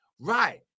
Right